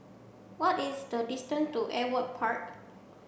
what is the distance to Ewart Park